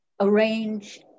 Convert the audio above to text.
arrange